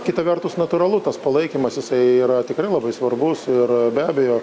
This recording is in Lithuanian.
kita vertus natūralu tas palaikymas jisai yra tikrai labai svarbus ir be abejo